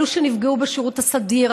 אלו שנפגעו בשירות הסדיר,